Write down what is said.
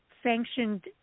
sanctioned